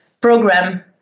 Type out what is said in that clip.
program